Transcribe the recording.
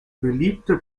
beliebte